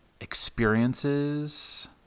experiences